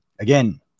again